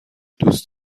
دوست